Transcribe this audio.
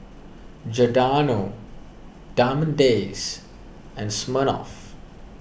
Giordano Diamond Days and Smirnoff